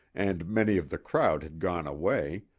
and many of the crowd had gone away,